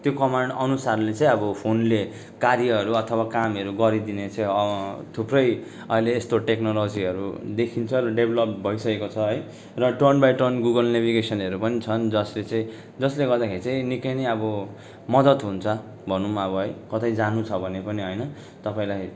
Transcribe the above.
त्यो कमान्ड अनुसारले चाहिँ अब फोनले कार्य अथवा कामहरू गरिदिने चाहिँ थुप्रै अहिले यस्तो टेक्नोलोजीहरू देखिन्छ र डेभ्लोप भइसकेको छ है र टर्न बाइ टर्न गुगल नेविगेसनहरू पनि छन् जसले गर्दा चाहिँ जसले गर्दाखेरि चाहिँ निकै नै अब मदत हुन्छ भनौँ अब है कतै जानु छ भने पनि होइन तपाईँलाई